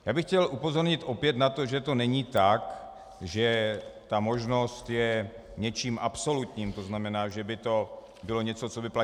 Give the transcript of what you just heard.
Já bych chtěl opět upozornit na to, že to není tak, že ta možnost je něčím absolutním, to znamená, že by to bylo něco, co by platilo